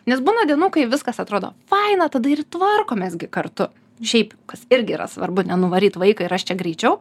nes būna dienų kai viskas atrodo faina tada ir tvarkomės gi kartu šiaip kas irgi yra svarbu nenuvaryt vaiką ir aš čia greičiau